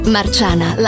Marciana